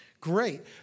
great